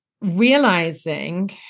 realizing